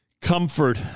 Comfort